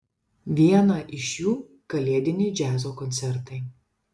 vieną iš jų kalėdiniai džiazo koncertai